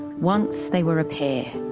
once they were a pair,